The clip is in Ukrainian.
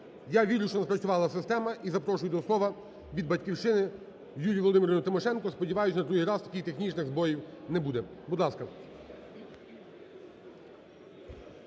я вірю, що не спрацювала система. І запрошую до слова від "Батьківщини" Юлію Володимирівну Тимошенко. Сподіваюся, на другий раз таких технічних збоїв не буде. Будь ласка.